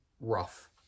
rough